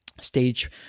stage